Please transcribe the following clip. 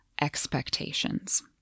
expectations